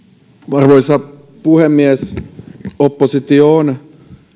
arvoisa puhemies oppositio on